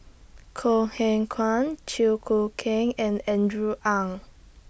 Kok Heng Leun Chew Choo Keng and Andrew Ang